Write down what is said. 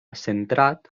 centrat